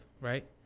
right